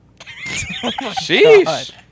Sheesh